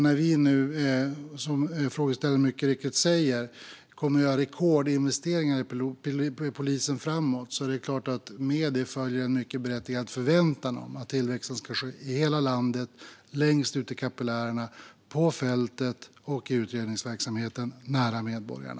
När vi nu, som frågeställaren mycket riktigt säger, kommer att göra rekordinvesteringar i polisen framåt är det klart att med det följer en mycket berättigad förväntan om att tillväxten ska ske i hela landet, längst ut i kapillärerna, på fältet och i utredningsverksamheten, nära medborgarna.